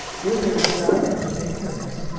here, they're drowning in ignorance,